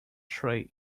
tray